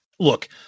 Look